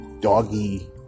doggy